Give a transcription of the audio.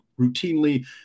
routinely